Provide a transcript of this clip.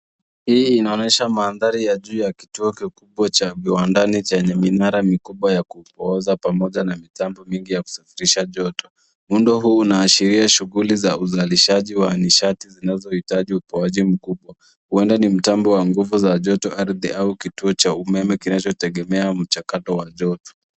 Hii inaonyesha mandhari ya juu ya kituo kikubwa cha viwandani chenye minara mikubwa ya kupooza, pamoja na mitambo mingi ya kusafirisha joto. Muundo huu unaashiria shughuli za uzalishaji wa nishati zinazohitaji utoaji mkubwa, huenda ni mtambo wanguvu za joto ardhi au kituo cha umeme, kinachotegemea mchakato wa joto.